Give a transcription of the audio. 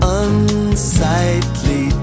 unsightly